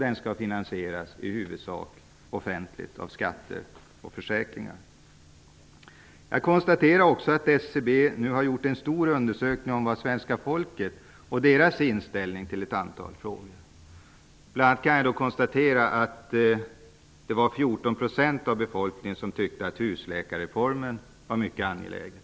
Den skall finansieras i huvudsak offentligt med hjälp av skatter och försäkringar. SCB har gjort en stor undersökning om svenska folkets inställning i ett antal frågor. Jag kan bl.a. konstatera att 14 % av befolkningen tyckte att husläkarreformen var mycket angelägen.